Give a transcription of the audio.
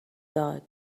داد